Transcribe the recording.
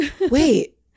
wait